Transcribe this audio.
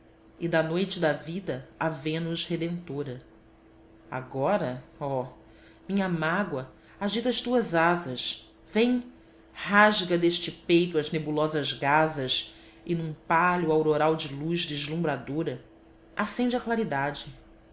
e da noite da vida a vênus redentora agora oh minha mágoa agita as tuas asas vem rasga deste peito as nebulosas gazas e num pálio auroral de luz deslumbradora ascende à claridade